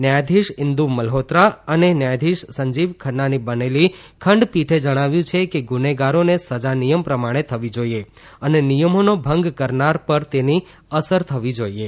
ન્યાયાધીશ ઇન્દુ મલ્હોત્રા અએ ન્યયાધીશ સંજીવ ખન્નાની બનેલી ખંડપીઠે જણાવ્યું છે કેગુનેગારોને સજા નિયમ પ્રમાણે થવી જોઇએ અને નિયમોનો ભંગ કરનાર પર તેની અસર થવી જોઇએ